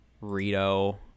Rito